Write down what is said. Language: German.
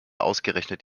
ausgerechnet